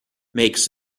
makes